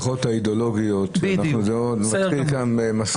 בואו נעזוב את המסכות האידיאולוגיות.